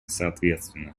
соответственно